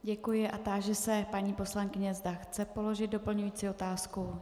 Děkuji a táži se paní poslankyně, zda chce položit doplňující otázku.